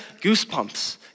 goosebumps